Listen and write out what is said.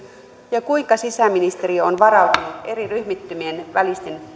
ja kuinka sisäministeriö on varautunut eri ryhmittymien välisten